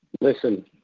Listen